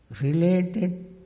related